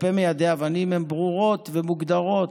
כלפי מיידי אבנים הן ברורות ומוגדרות,